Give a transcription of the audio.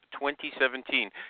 2017